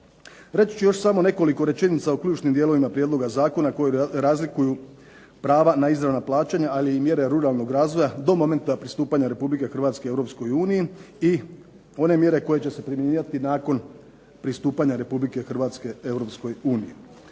Reći ću još samo nekoliko rečenica o ključnim dijelovima prijedloga zakona koji razlikuju prava na izravna plaćanja, ali i mjere ruralnog razvoja do momenta pristupanja Republike Hrvatske Europskoj uniji i one mjere koje će se primjenjivati nakon pristupanja Republike Hrvatske